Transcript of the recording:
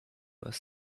bus